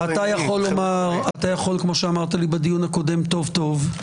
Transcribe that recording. אתה יכול כמו שאמרת לי בדיון הקודם: טוב, טוב.